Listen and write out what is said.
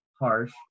harsh